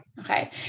Okay